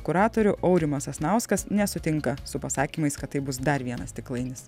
kuratorių aurimas sasnauskas nesutinka su pasakymais kad tai bus dar vienas stiklainis